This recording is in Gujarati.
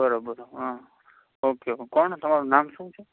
બરાબર હમ ઓકે કોણ તમારું નામ શું છે